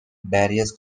darius